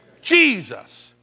Jesus